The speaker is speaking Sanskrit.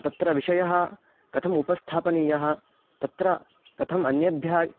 तत्र विषयः कथम् उपस्थापनीयः तत्र कथम् अन्येभ्यः